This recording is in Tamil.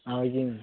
ஆ ஓகேங்க